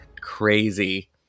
crazy